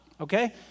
okay